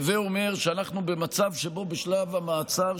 הווה אומר שאנחנו במצב שבו בשלב המעצר,